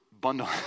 bundle